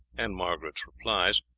and margaret's replies,